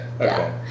Okay